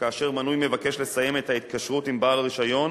שכאשר מנוי מבקש לסיים את ההתקשרות עם בעל הרשיון,